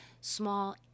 small